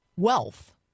wealth